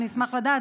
אני אשמח לדעת,